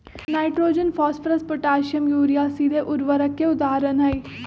nitrogen, phosphorus, potassium, urea सीधे उर्वरक के उदाहरण हई